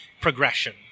progression